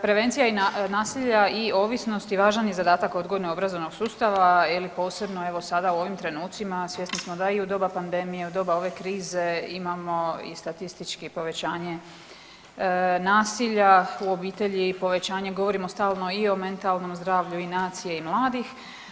Prevencija nasilja i ovisnosti važan je zadatak odgojno-obrazovnog sustava ili posebno, evo sada u ovim trenucima, svjesno smo da i u doba pandemije i doba ove krize imamo i statistički povećanje nasilja u obitelji i povećanje, govorimo stalno i o mentalnom zdravlju i nacije i mladih.